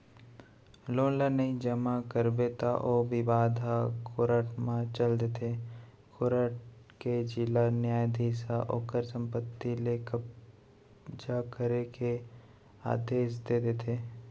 loan ल नइ जमा करबे त ओ बिबाद ह कोरट म चल देथे कोरट के जिला न्यायधीस ह ओखर संपत्ति ले कब्जा करे के आदेस दे देथे